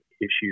issues